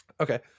Okay